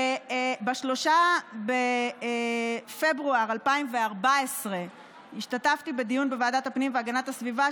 ב-3 בפברואר 2014 השתתפתי בדיון בוועדת הפנים והגנת הסביבה,